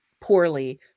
poorly